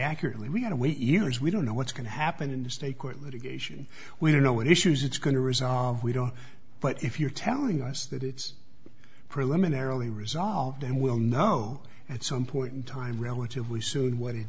accurately we have to wait years we don't know what's going to happen in the state court litigation we don't know what issues it's going to resolve we don't but if you're telling us that it's preliminarily resolved and we'll know at some point in time relatively soon what it